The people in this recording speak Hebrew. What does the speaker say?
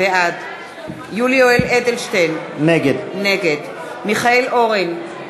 בעד יולי יואל אדלשטיין, נגד מיכאל אורן,